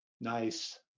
Nice